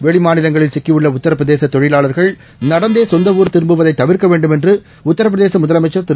வெளிமாநிலங்களில் சிக்கியுள்ளஉத்தரப்பிரதேசதொழிலாளர்கள் நடந்தேசொந்தஊர் திரும்புவதைதவிர்க்கவேண்டும் என்றுஉத்தரப்பிரதேசமுதலமைச்சர் திரு